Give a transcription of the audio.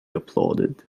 applauded